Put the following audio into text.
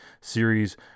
series